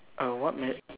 uh what ma~